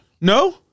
No